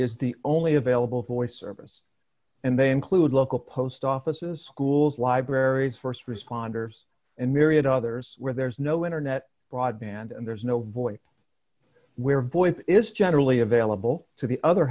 is the only available voice service and they include local post offices schools libraries st responders and myriad others where there is no internet broadband and there is no voice where voice is generally available to the other